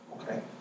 Okay